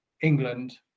England